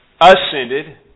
ascended